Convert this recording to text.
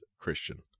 christian